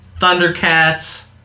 Thundercats